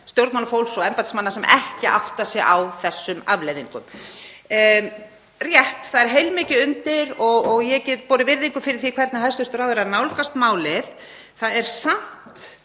stjórnmálafólks og embættismanna sem ekki átta sig á þessum afleiðingum. Það er rétt að heilmikið er undir og ég get borið virðingu fyrir því hvernig hæstv. ráðherra nálgast málið. Það er samt